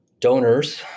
donors